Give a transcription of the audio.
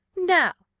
now,